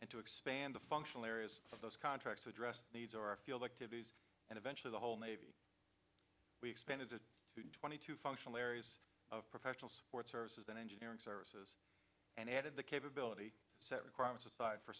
and to expand the functional areas of those contracts address the needs our field activities and eventually the whole navy we expanded to twenty two functional areas of professional support services and engineering services and added the capability set requirements aside for